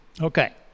Okay